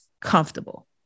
comfortable